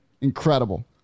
Incredible